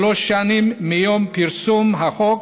שלוש שנים מיום פרסום החוק,